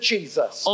Jesus